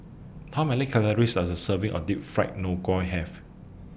How Many Calories Does A Serving of Deep Fried Have